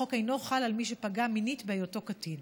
החוק אינו חל על מי שפגע מינית בהיותו קטין.